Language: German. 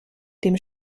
dem